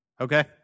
Okay